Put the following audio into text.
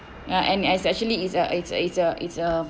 ya and it's actually it's a it's a it's a it's a